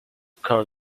call